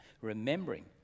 Remembering